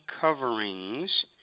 coverings